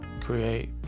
create